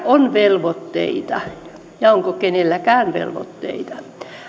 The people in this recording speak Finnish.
on velvoitteita ja onko kenelläkään velvoitteita